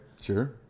Sure